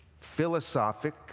philosophic